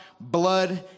blood